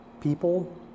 people